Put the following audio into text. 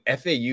FAU